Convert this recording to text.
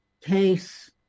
case